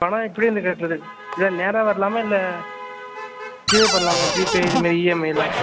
பணம் எப்படி வந்து கட்டுறது இல்லை நேராக வரலாமா இல்லை ஜிபே பண்ணலாமா ஜிபே இதுமாதிரி இஎம்ஐயெலாம்